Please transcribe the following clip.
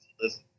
listen